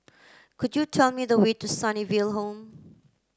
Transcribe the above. could you tell me the way to Sunnyville Home